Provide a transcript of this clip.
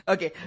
Okay